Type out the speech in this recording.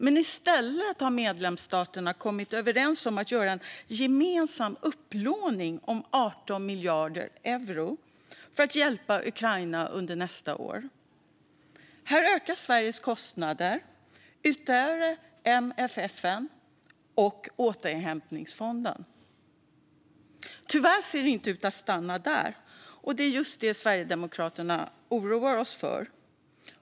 Men i stället har medlemsstaterna kommit överens om att göra en gemensam upplåning om 18 miljarder euro för att hjälpa Ukraina under nästa år. Här ökar Sveriges kostnader utöver MFF och återhämtningsfonden. Tyvärr ser det inte ut att stanna här, och det är just vad vi i Sverigedemokraterna oroar oss för.